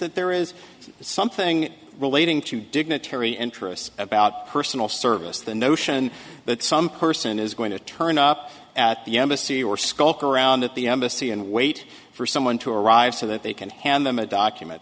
that there is something relating to dignitary interests about personal service the notion that some person is going to turn up at the embassy or skulk around at the embassy and wait for someone to arrive so that they can hand them a document